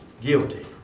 Guilty